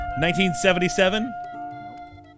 1977